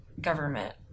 government